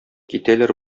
китәләр